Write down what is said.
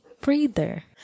breather